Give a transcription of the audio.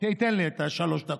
תן לי את שלוש הדקות.